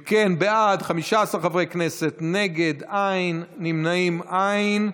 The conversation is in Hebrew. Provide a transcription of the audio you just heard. אם כן, בעד, 15 חברי כנסת, נגד, אין, נמנעים, אין.